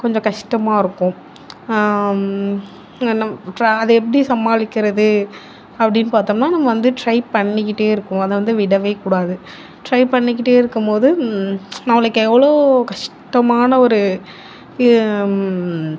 கொஞ்சம் கஷ்டமா இருக்கும் அதை எப்படி சமாளிக்கிறது அப்படினு பார்த்தம்னா நம்ம வந்து டிரை பண்ணிக்கிட்டே இருக்கணும் அதை வந்து விடவே கூடாது டிரை பண்ணிக்கிட்டே இருக்கும் போது நம்மளுக்கு எவ்வளோ கஷ்டமான ஒரு